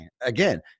again